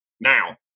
Now